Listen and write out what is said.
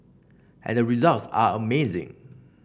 and the results are amazing